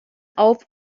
auf